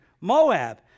Moab